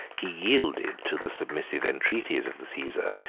he yielded to the submissive entreaties of the caesar,